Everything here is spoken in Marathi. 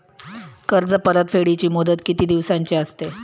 कर्ज परतफेडीची मुदत किती दिवसांची असते?